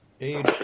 age